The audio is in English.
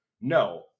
no